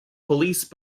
police